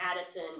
Addison